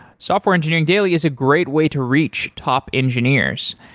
software engineering daily is a great way to reach top engineers.